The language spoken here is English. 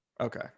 Okay